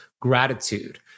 gratitude